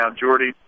Jordy